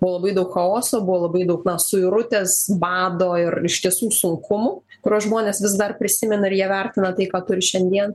buvo labai daug chaoso buvo labai daug na suirutės bado ir iš tiesų sunkumų kuriuos žmonės vis dar prisimena ir jie vertina tai ką turi šiandien